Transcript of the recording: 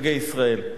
וחגי ישראל.